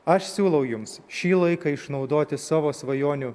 aš siūlau jums šį laiką išnaudoti savo svajonių